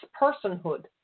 personhood